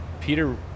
Peter